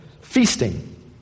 feasting